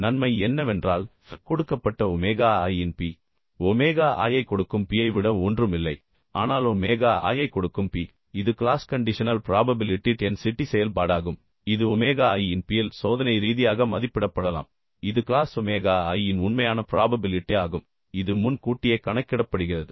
நன்மை என்னவென்றால் கொடுக்கப்பட்ட ஒமேகா i இன் P ஒமேகா i ஐக் கொடுக்கும் P ஐ விட ஒன்றும் இல்லை ஆனால் ஒமேகா i ஐக் கொடுக்கும் P இது க்ளாஸ் கண்டிஷனல் ப்ராபபிலிட்டி டென்சிட்டி செயல்பாடாகும் இது ஒமேகா i இன் P இல் சோதனை ரீதியாக மதிப்பிடப்படலாம் இது க்ளாஸ் ஒமேகா i இன் உண்மையான ப்ராபபிலிட்டி ஆகும் இது முன்கூட்டியே கணக்கிடப்படுகிறது